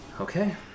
Okay